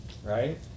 right